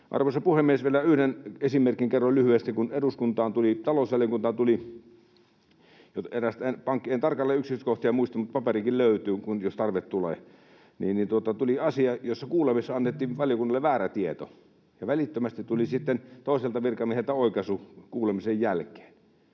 arvoisa puhemies, vielä yhden esimerkin kerron lyhyesti — kun talousvaliokuntaan tuli eräs asia — en tarkalleen yksityiskohtia muista, mutta paperikin löytyy, jos tarve tulee — jossa kuulemisessa annettiin valiokunnalle väärä tieto, ja välittömästi tuli sitten toiselta virkamieheltä oikaisu kuulemisen jälkeen.